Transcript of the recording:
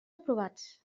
aprovats